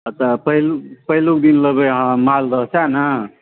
अच्छा पहिलुक दिन लेबै अहाँ मालदह सैह ने